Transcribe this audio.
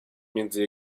między